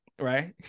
right